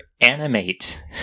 animate